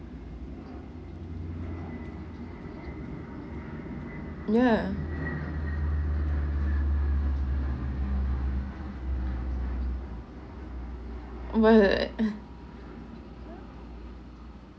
ya well